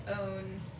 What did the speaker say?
own